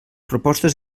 propostes